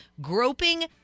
groping